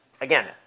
again